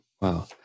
Wow